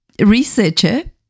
researcher